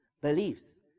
beliefs